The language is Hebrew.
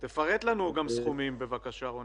תפרט לנו גם סכומים בבקשה, רונן.